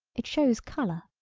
it shows color.